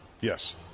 Yes